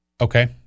okay